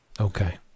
Okay